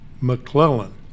McClellan